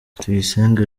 tuyisenge